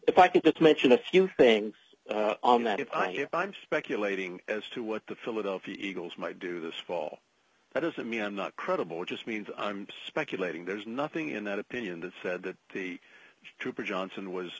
if i could just mention a few things on that if i if i'm speculating as to what the philadelphia eagles might do this fall that doesn't mean i'm not credible which just means i'm speculating there's nothing in that opinion that said that the trooper johnson was